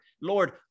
Lord